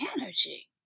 energy